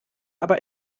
aber